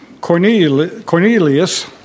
Cornelius